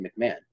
McMahon